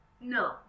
No